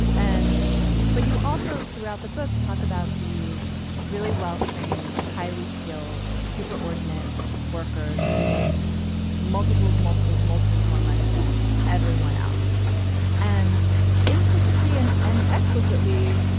and but you also throughout the book talk about these really well-trained highly skilled super ordinary workers who make multiples multiples multiples more money than everyone else and implicitly and and explicitly.